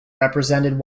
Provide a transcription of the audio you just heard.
represented